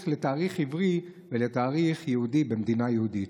לתאריך עברי ולתאריך יהודי במדינה יהודית.